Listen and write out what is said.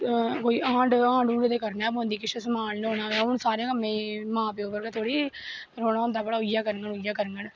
ते कोई हांड़ होऐ ते करनी गै पौंदी किश समान लेआना होऐ हून सारे कम्में गी मां प्यो थोह्ड़ी सनाना होंदा भला उ'ऐ करङन उ'ऐ करङन